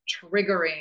triggering